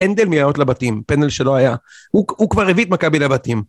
אין דלמיות לבתים, פנדל שלא היה, הוא כ.. הוא כבר הביא את מכבי לבתים.